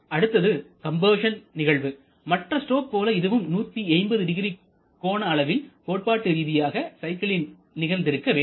அடுத்தது கம்ப்ரஸன் நிகழ்வு மற்ற ஸ்ட்ரோக் போல இதுவும் 1800 கோண அளவில் கோட்பாட்டு ரீதியான சைக்கிளில் நிகழ்ந்திருக்க வேண்டும்